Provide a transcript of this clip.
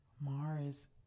Mars